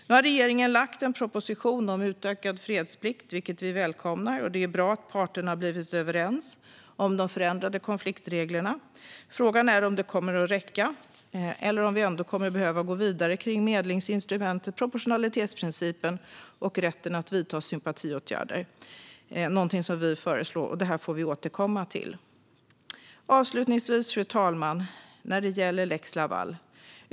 Nu har regeringen lagt fram en proposition om utökad fredsplikt, vilket vi välkomnar. Det är bra att parterna har blivit överens om de förändrade konfliktreglerna. Frågan är om det kommer att räcka eller om vi ändå kommer att behöva gå vidare om medlingsinstrumentet, proportionalitetsprincipen och rätten att vidta sympatiåtgärder. Det är någonting som vi föreslår. Det får vi återkomma till. Fru talman! Avslutningsvis gäller det lex Laval.